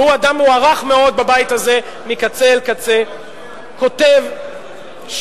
שהוא אדם מוערך מאוד בבית הזה מקצה אל קצה כותב שקדימה,